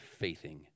faithing